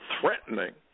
threatening